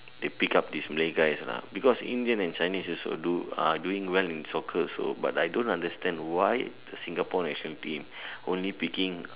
they pick up this Malay guys lah because Indian and Chinese also do are doing well in Singapore also ``but I don't understand why the Singapore national team only picking up